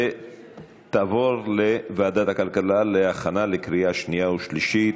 ותועבר לוועדת הכלכלה להכנה לקריאה שנייה ושלישית.